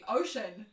ocean